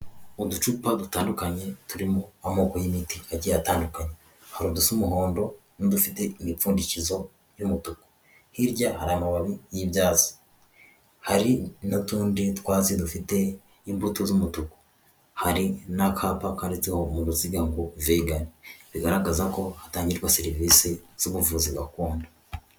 Uducupa dutandukanye turimo amoko y'imiti yagiye atandukanye, hari udushyaumuhondo n'udufite imipfundikizo y'umutuku, hirya a mababi y'ibyaro hari n'utundi twaze dufite imbuto z'umutuku hari n'akapa kanditseho ngo vegan bigaragaza ko hatangirwa serivisi z'ubuvuzi gakondo.